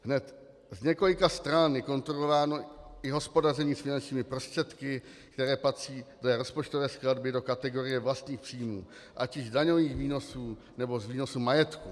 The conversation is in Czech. Hned z několika stran je kontrolováno i hospodaření s finančními prostředky, které patří dle rozpočtové skladby do kategorie vlastních příjmů, ať již z daňových výnosů, nebo z výnosů majetku.